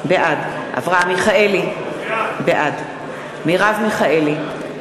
בעד אברהם מיכאלי, בעד מרב מיכאלי,